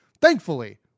thankfully